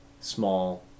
small